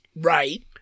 Right